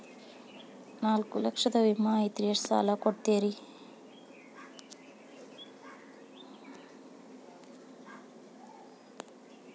ನಾಲ್ಕು ಲಕ್ಷದ ವಿಮೆ ಐತ್ರಿ ಎಷ್ಟ ಸಾಲ ಕೊಡ್ತೇರಿ?